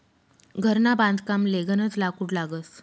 घरना बांधकामले गनज लाकूड लागस